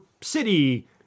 city